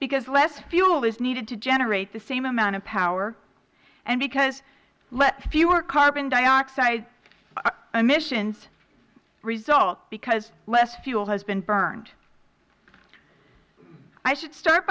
because less fuel is needed to generate the same amount of power and because fewer carbon dioxide emissions result because less fuel has been burned i should start